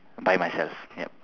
by myself yup